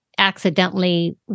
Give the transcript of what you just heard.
Accidentally